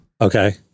Okay